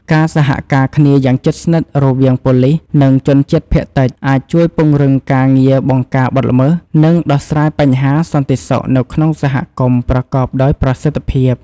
ការសហការគ្នាយ៉ាងជិតស្និទ្ធរវាងប៉ូលិស និងជនជាតិភាគតិច អាចជួយពង្រឹងការងារបង្ការបទល្មើស និងដោះស្រាយបញ្ហាសន្តិសុខនៅក្នុងសហគមន៍ប្រកបដោយប្រសិទ្ធភាព។